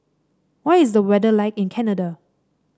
what is the weather like in Canada